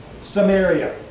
Samaria